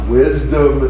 wisdom